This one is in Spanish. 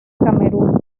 camerún